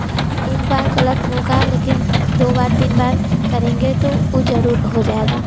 एक बार गलत होगा लेकिन दो बार तीन बार करेंगे तो वह ज़रूर हो जाएगा